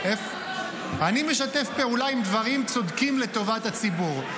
--- אני משתף פעולה עם דברים צודקים לטובת הציבור.